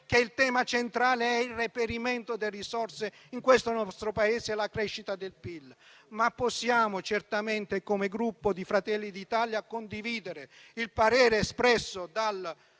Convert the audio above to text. che il tema centrale è rappresentato dal reperimento delle risorse in questo nostro Paese e dalla crescita del PIL. Possiamo certamente, però, come Gruppo di Fratelli d'Italia, condividere il parere espresso dal